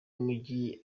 w’umujyi